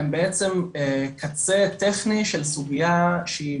הם בעצם קצה טכני של סוגייה שהיא